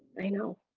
i know,